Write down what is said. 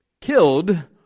killed